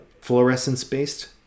fluorescence-based